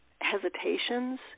hesitations